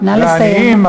מהעניים,